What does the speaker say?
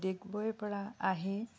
ডিগবৈৰপৰা আহি